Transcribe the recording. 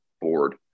board